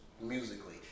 musically